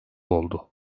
oldu